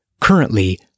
currently